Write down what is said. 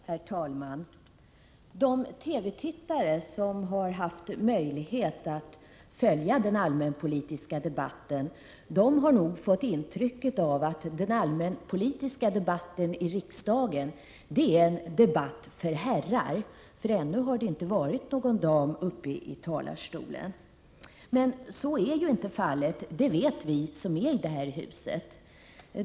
Herr talman! De TV-tittare som har haft möjlighet att följa den allmänpolitiska debatten har nog fått intrycket att den allmänpolitiska debatten i riksdagen är en debatt för herrar, eftersom någon dam ännu inte har varit uppei talarstolen. Men så är ju inte fallet. Det vet vi som finns i detta hus.